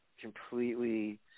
completely